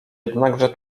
jednakże